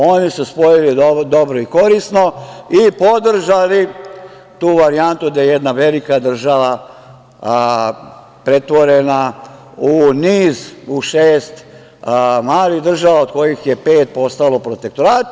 Oni su spojili dobro i korisno i podržali tu varijantu gde je jedna velika država pretvorena u niz, u šest malih država, od kojih je pet postalo protektorati.